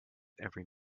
every